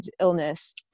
illness